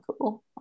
cool